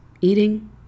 Eating